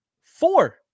Four